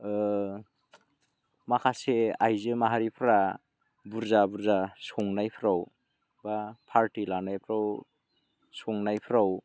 माखासे आइजो माहारिफ्रा बुरजा बुरजा संनायफोराव बा पार्टि जानायफ्राव संनायफ्राव